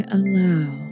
allow